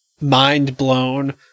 mind-blown